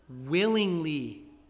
willingly